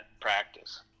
practice